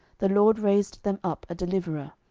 the lord raised them up a deliverer,